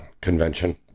convention